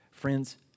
Friends